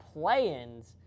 play-ins